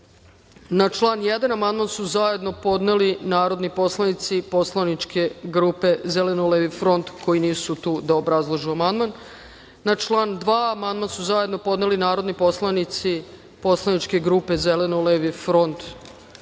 član 1. amandman su zajedno podneli narodni poslanici Poslaničke grupe Zeleno-levi front, koji nisu tu da obrazlažu amandman. Na član 2. amandman su zajedno podneli narodni poslanici Poslaničke grupe Zeleno-levi front, koji nisu tu. Na član 2. amandman